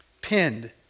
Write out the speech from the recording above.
pinned